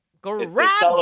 Grab